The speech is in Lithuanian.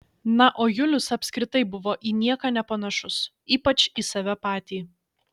na o julius apskritai buvo į nieką nepanašus ypač į save patį